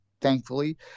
thankfully